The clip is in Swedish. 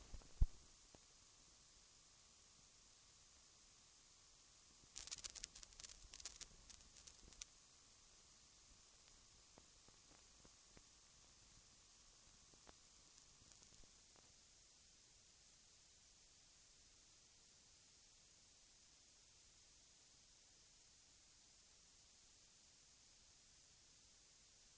Vi har i de konkreta yrkanden som vi har ställt i anslutning till våra motioner inskränkt oss till sådana krav som väl går att genomföra utan att vårt nuvarande samhällssystem förändras.